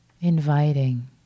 inviting